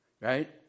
right